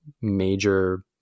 major